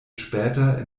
später